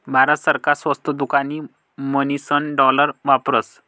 भारत सरकार स्वस्त दुकान म्हणीसन डालर वापरस